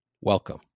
Welcome